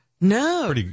no